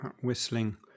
Whistling